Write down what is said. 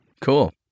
Cool